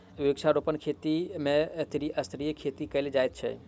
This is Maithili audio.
वृक्षारोपण खेती मे त्रिस्तरीय खेती कयल जाइत छै